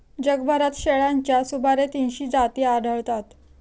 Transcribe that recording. जगभरात शेळ्यांच्या सुमारे तीनशे जाती आढळतात